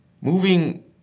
Moving